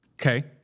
Okay